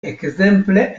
ekzemple